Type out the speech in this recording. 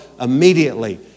immediately